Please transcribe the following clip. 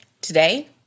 today